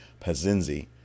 pazinzi